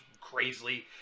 crazily